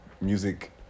music